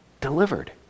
delivered